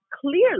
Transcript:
clearly